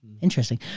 Interesting